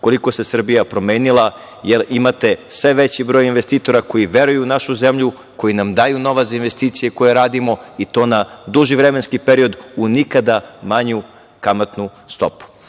koliko se Srbija promenila, jer imate sve veći broj investitora koji veruju u našu zemlju, koji nam daju novac za investicije koje radimo i to na duži vremenski period, uz nikada manju kamatnu stopu. Ono